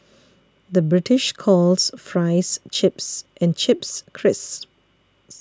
the British calls Fries Chips and Chips Crisps